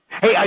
Hey